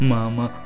Mama